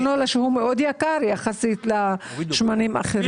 הקנולה שהוא מאוד יקר יחסית לשמנים האחרים.